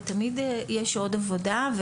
ותמיד יש עוד עבודה.